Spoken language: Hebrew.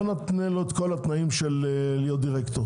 לא נתנה לו את כל התנאים של להיות דירקטור,